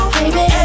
baby